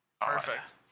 perfect